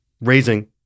raising